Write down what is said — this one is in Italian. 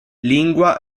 lingua